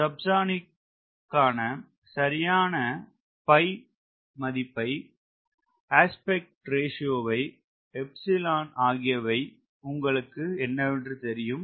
சப்சோனிக்கிற்கான சரியான pi aspect ratio epsilon ஆகியவை உங்களுக்கு தெரியும்